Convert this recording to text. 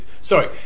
sorry